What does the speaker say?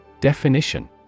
Definition